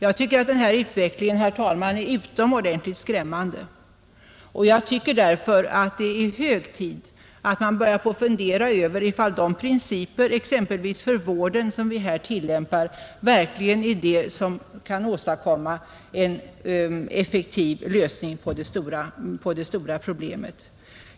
Jag tycker att denna utveckling är utomordentligt skrämmande och att det därför är hög tid att man börjar fundera över om de principer för vården som vi här tillämpar verkligen är de som kan åstadkomma en effektiv lösning på det stora problemet.